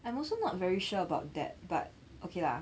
I'm also not very sure about that but okay lah